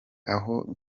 aho